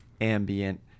ambient